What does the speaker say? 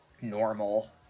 normal